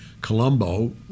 Colombo